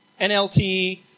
NLT